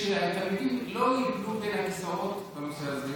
שהתלמידים לא ייפלו בין הכיסאות בנושא הזה,